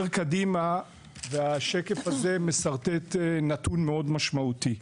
השקף הזה משרטט נתון מאוד משמעותי.